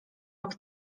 rok